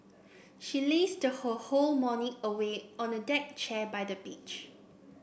she lazed her whole morning away on a deck chair by the beach